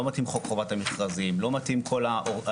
לא מתאים חוק חובת המכרזים, לא מתאים כל הרגולציה